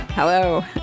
Hello